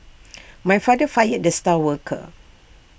my father fired the star worker